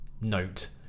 note